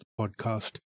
podcast